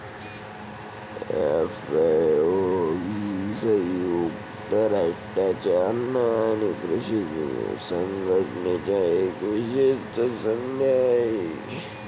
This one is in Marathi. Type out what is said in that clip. एफ.ए.ओ ही संयुक्त राष्ट्रांच्या अन्न आणि कृषी संघटनेची एक विशेष संस्था आहे